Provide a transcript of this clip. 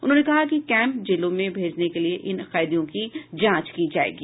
उन्होंने कहा कि कैम्प जेलों में भेजने के लिए इन कैदियों की जांच की जायेगी